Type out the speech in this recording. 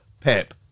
Pep